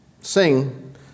sing